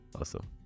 awesome